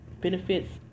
benefits